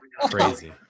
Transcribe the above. crazy